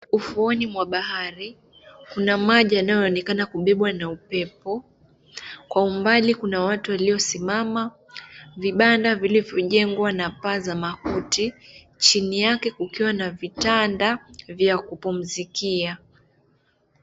Ufuoni mwa bahari kuna maji yanayoonekana kubebwa na upepo. Kwa umbali kuna watu waliosimama, vibanda vilivyojengwa na paa za makuti. Chini yake kukiwa na vitanda vya kupumzikia.